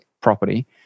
property